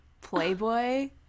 Playboy